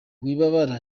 wibabara